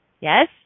Yes